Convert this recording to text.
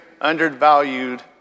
undervalued